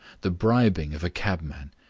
the bribing of a cabman,